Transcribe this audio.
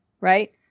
right